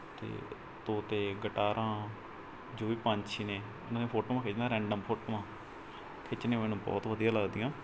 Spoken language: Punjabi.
ਅਤੇ ਤੋਤੇ ਗਟਾਰਾਂ ਜੋ ਵੀ ਪੰਛੀ ਨੇ ਉਹਨਾਂ ਦੀਆਂ ਫੋਟੋਆਂ ਖਿੱਚਦਾ ਰੈਂਡਮ ਫੋਟੋਆਂ ਖਿੱਚਣੀਆਂ ਮੈਨੂੰ ਬਹੁਤ ਵਧੀਆ ਲੱਗਦੀਆਂ